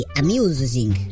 amusing